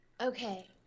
okay